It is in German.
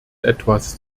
etwas